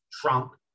Trump